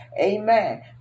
amen